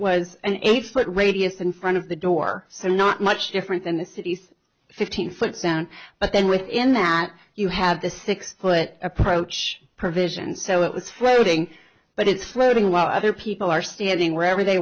was an eight foot radius in front of the door so not much different than the city's fifteen foot sound but then within that you had the six foot approach provision so it was floating but it's loading while other people are standing wherever they